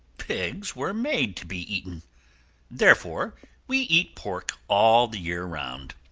pigs were made to be eaten therefore we eat pork all the year round.